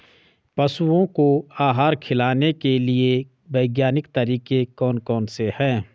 पशुओं को आहार खिलाने के लिए वैज्ञानिक तरीके कौन कौन से हैं?